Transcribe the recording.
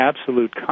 absolute